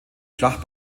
schlacht